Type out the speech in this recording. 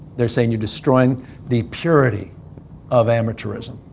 they're saying, you're destroying the purity of amateurism.